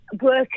work